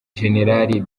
jenerali